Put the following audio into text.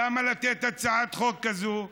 למה לתת את הצעת החוק הזאת?